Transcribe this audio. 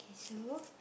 so